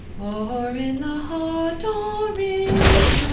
or in the heart or in